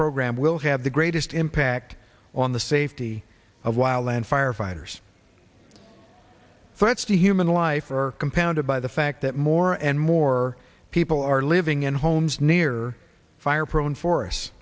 program will have the greatest impact on the safety of wild land firefighters threats to human life are compounded by the fact that more and more people are living in homes near fire prone forests